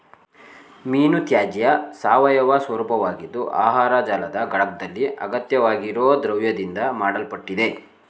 ಮೀನುತ್ಯಾಜ್ಯ ಸಾವಯವ ಸ್ವರೂಪವಾಗಿದ್ದು ಆಹಾರ ಜಾಲದ ಘಟಕ್ದಲ್ಲಿ ಅಗತ್ಯವಾಗಿರೊ ದ್ರವ್ಯದಿಂದ ಮಾಡಲ್ಪಟ್ಟಿದೆ